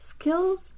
Skills